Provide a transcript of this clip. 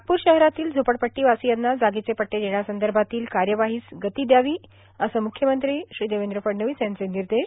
नागपूर शहरातील झोपडपट्टीवर्वासयांना जागेचे पट्टे देण्यासंदभातील कायवाहांस गती दयावी असे म्रख्यमंत्री देवद्र फडणवीस यांचे र्निदश